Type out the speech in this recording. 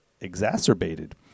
exacerbated